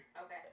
Okay